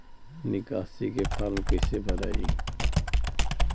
निकासी के फार्म कईसे भराई?